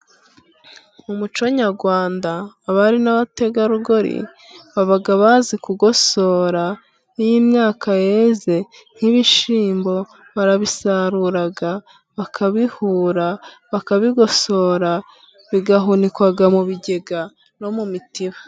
Mu muco nyarwanda, abari n'abategarugori baba bazi kugosora, nk'iyo imyaka yeze nk'ibishyimbo, barabisarura, bakabihura, bakabigosora, bigahunikwa mu bigega no mu mitiba.